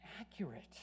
accurate